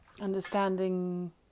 understanding